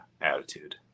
attitude